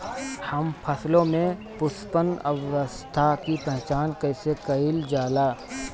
हम फसलों में पुष्पन अवस्था की पहचान कईसे कईल जाला?